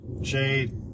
Jade